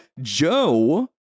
Joe